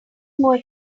more